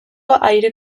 aire